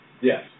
Yes